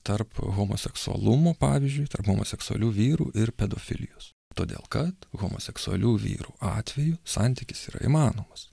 tarp homoseksualumo pavyzdžiui tarp homoseksualių vyrų ir pedofilijos todėl kad homoseksualių vyrų atveju santykis yra įmanomas